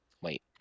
Wait